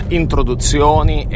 introduzioni